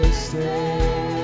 stay